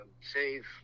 Save